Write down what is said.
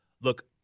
look